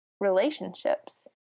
relationships